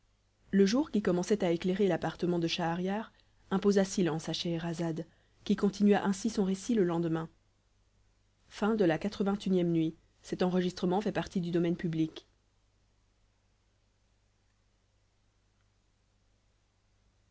le jour qui commençait à éclairer l'appartement de schahriar imposa silence à scheherazade qui continua ainsi son récit le lendemain lxxxii nuit